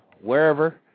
wherever